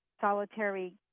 solitary